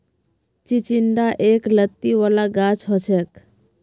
चिचिण्डा एक लत्ती वाला गाछ हछेक